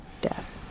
death